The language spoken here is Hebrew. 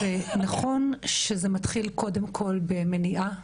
נכון שזה מתחיל קודם כל במניעה,